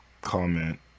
comment